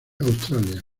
australia